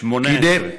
שמונֶה-עשרה.